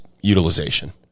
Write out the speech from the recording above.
utilization